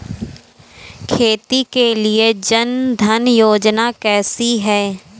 खेती के लिए जन धन योजना कैसी है?